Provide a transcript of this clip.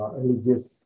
religious